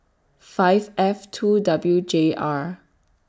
five F two W J R